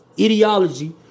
ideology